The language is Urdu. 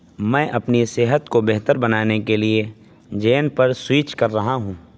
میں اپنی صحت کو بہتر بنانے کے لے جین پر سوئچ کر رہا ہوں